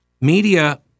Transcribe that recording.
Media